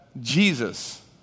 Jesus